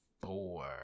four